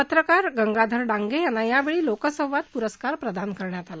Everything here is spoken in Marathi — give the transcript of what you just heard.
पत्रकार गंगाधर डांगे यांना यावेळी लोकसंवाद पुरस्कार प्रदान करण्यात आला